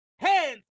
hands